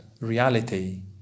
reality